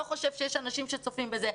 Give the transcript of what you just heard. לא חושב שיש אנשים שצופים בזה,